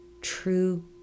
true